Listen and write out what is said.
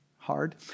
hard